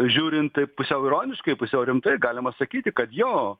žiūrint taip pusiau ironiškai pusiau rimtai galima sakyti kad jo